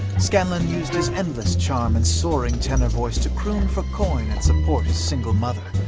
scanlan used his endless charm and soaring tenor voice to croon for coin and support his single mother.